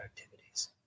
activities